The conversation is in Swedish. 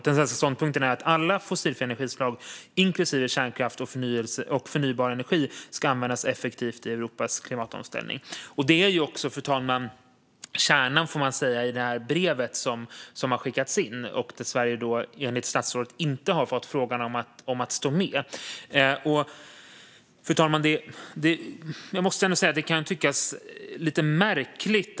Den svenska ståndpunkten är att alla fossilfria energislag, inklusive kärnkraft och förnybar energi, ska användas effektivt i Europas klimatomställning. Fru talman! Det är också kärnan i det brev som har skickats in. Enligt statsrådet har Sverige inte fått frågan om att stå med. Det kan tyckas lite märkligt.